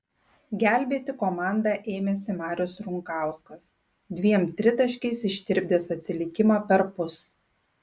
gelbėti komandą ėmėsi marius runkauskas dviem tritaškiais ištirpdęs atsilikimą perpus